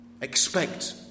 expect